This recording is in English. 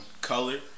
color